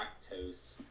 lactose